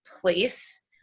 place